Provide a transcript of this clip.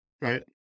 right